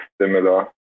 similar